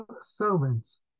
servants